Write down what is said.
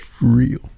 real